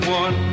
one